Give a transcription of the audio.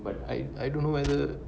but I I don't know whether